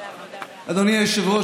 אדוני היושב-ראש,